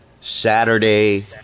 Saturday